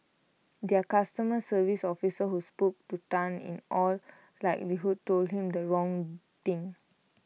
their customer service officer who spoke to Tan in all likelihood told him the wrong thing